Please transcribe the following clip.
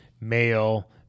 male